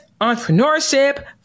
entrepreneurship